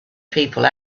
people